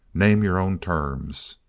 name your own terms.